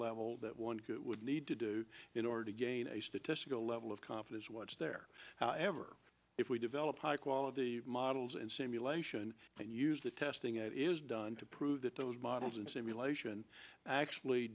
level that one would need to do in order to gain a statistical level of confidence what's there however if we develop high quality models and simulation and use the testing it is done to prove that those models and simulation actually